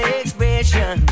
expression